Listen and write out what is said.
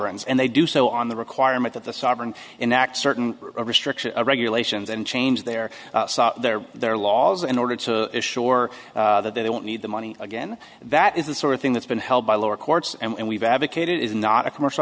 gns and they do so on the requirement that the sovereign enact certain restriction regulations and change their their their laws in order to assure that they don't need the money again that is the sort of thing that's been held by lower courts and we've advocated it is not a commercial